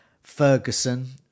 Ferguson